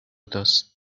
thus